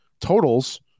totals –